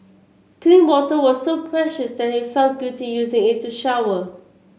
clean water was so precious that he felt guilty using it to shower